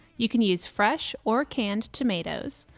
you can use fresh or canned tomatoes.